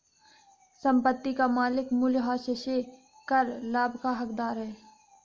संपत्ति का मालिक मूल्यह्रास से कर लाभ का हकदार है